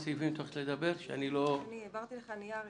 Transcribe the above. מובאות ואני רוצה לציין ברשותך שניים,